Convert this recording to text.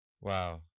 wow